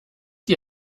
die